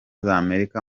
z’amerika